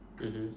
mmhmm